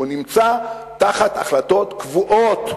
נמצא תחת החלטות קבועות,